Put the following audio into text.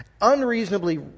unreasonably